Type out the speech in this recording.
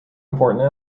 important